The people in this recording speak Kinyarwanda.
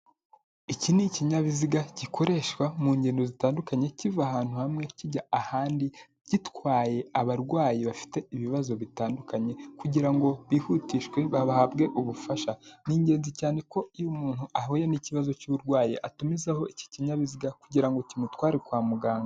Iki ni ikinyabiziga gikoreshwa mu ngendo zitandukanye kiva ahantu hamwe kijya ahandi, gitwaye abarwayi bafite ibibazo bitandukanye kugira ngo bihutishwe bahabwe ubufasha, ni ingenzi cyane ko iyo umuntu ahuye n'ikibazo cy'uburwayi atumizaho iki kinyabiziga kugira ngo kimutware kwa muganga.